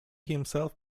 himself